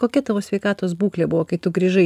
kokia tavo sveikatos būklė buvo kai tu grįžai